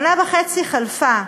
שנה וחצי חלפה,